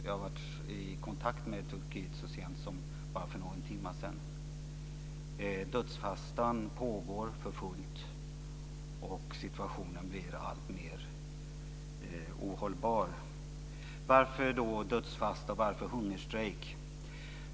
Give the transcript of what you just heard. Jag har varit i kontakt med Turkiet så sent som för bara någon timme sedan. Dödsfastan pågår för fullt, och situationen blir alltmer ohållbar. Varför dödsfasta? Varför hungerstrejk?